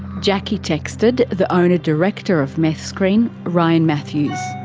jacki texted the owner-director of meth screen, ryan matthews.